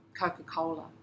coca-cola